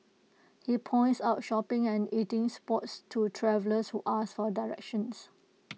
he points out shopping and eating spots to travellers who ask for directions